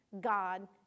god